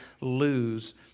lose